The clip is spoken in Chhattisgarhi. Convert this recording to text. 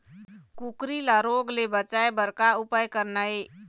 कुकरी ला रोग ले बचाए बर का उपाय करना ये?